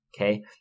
okay